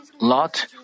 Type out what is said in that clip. Lot